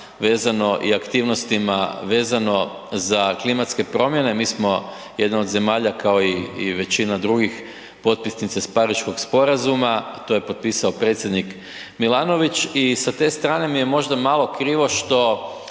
vezano i aktivnostima vezano za klimatske promjene. Mi smo jedna od zemalja kao i, i većina drugih potpisnica iz Pariškog sporazuma, to je potpisao predsjednik Milanović i sa te strane mi je možda malo krivo što